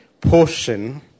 portion